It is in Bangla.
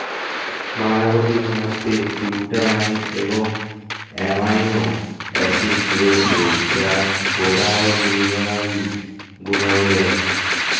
বাঁধাকপির মধ্যে গ্লুটামাইন এবং অ্যামাইনো অ্যাসিড রয়েছে যার প্রদাহনির্বাহী গুণাবলী আছে